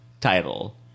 title